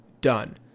done